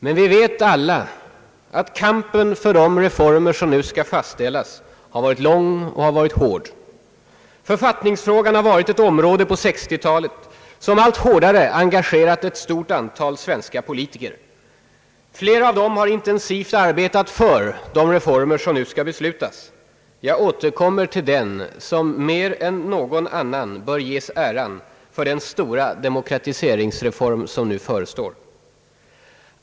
Men vi vet alla att kampen för de reformer som nu skall fastställas har va rit lång och hård. Författningsfrågan har varit ett område som på 1960-talet allt hårdare engagerat ett stort antal svenska politiker. Flera av dem har intensivt arbetat för de reformer som nu skall beslutas; jag återkommer till den som mer än någon annan bör ges äran för den stora demokratiseringsreform som nu förestår.